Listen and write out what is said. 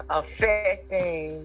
affecting